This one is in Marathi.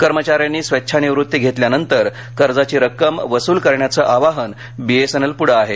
कर्मचाऱ्यांनी स्वेच्छानिवृत्ती घेतल्यांनंतर कर्जाची रक्कम वसूल करण्याचेही आवाहन बी एस एन एल पुढे आहे